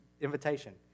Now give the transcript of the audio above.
invitation